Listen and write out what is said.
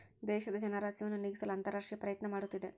ದೇಶದ ಜನರ ಹಸಿವನ್ನು ನೇಗಿಸಲು ಅಂತರರಾಷ್ಟ್ರೇಯ ಪ್ರಯತ್ನ ಮಾಡುತ್ತಿದೆ